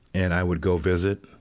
and i would go visit,